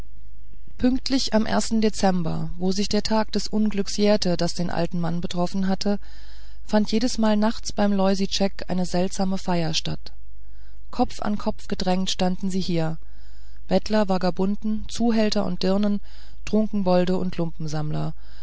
pünktlich am ersten dezember wo sich der tag des unglücks jährte das den alten mann betroffen hatte fand jedesmal nachts beim loisitschek eine seltsame feier statt kopf an kopf gedrängt standen sie hier bettler vagabunden zuhälter und dirnen trunkenbolde und